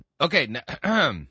Okay